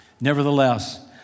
Nevertheless